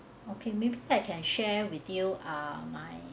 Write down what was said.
okay maybe I can share with you ah my